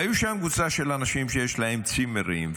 הייתה שם קבוצה של אנשים שיש להם צימרים,